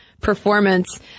performance